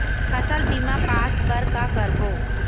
फसल बीमा पास बर का करबो?